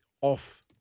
off